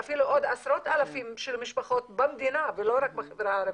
ואפילו עוד עשרות אלפים של משפחות במדינה ולא רק בחברה הערבית,